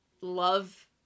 love